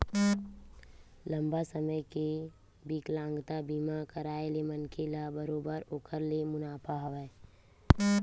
लंबा समे के बिकलांगता बीमा कारय ले मनखे ल बरोबर ओखर ले मुनाफा हवय